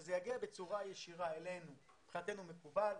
שזה יגיע בצורה ישירה אלינו מבחינתנו זה מקובל.